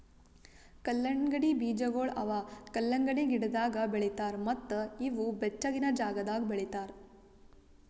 ಕಲ್ಲಂಗಡಿ ಬೀಜಗೊಳ್ ಅವಾ ಕಲಂಗಡಿ ಗಿಡದಾಗ್ ಬೆಳಿತಾರ್ ಮತ್ತ ಇವು ಬೆಚ್ಚಗಿನ ಜಾಗದಾಗ್ ಬೆಳಿತಾರ್